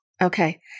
Okay